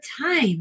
time